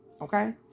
okay